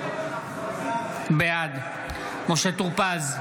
בעד משה טור פז,